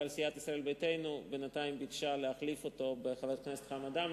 אבל סיעת ישראל ביתנו בינתיים ביקשה להחליף אותו בחבר הכנסת חמד עמאר,